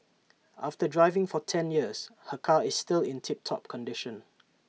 after driving for ten years her car is still in tip top condition